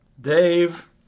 Dave